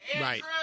Right